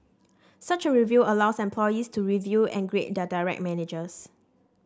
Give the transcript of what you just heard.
such a review allows employees to review and grade their direct managers